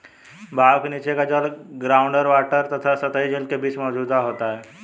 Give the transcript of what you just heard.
बहाव के नीचे का जल ग्राउंड वॉटर तथा सतही जल के बीच मौजूद होता है